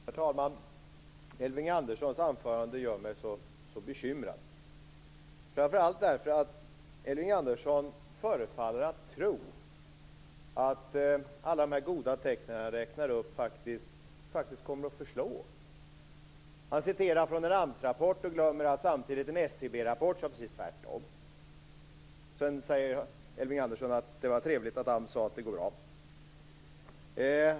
Herr talman! Elving Anderssons anförande gör mig så bekymrad. Framför allt därför att Elving Andersson förefaller att tro att alla de goda tecken han räknade upp faktiskt kommer att förslå. Han citerar från en AMS-rapport och glömmer att en SCB rapport samtidigt sade precis tvärtom. Sedan säger Elving Andersson att det var trevligt att AMS sade att går bra.